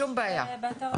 שום בעיה.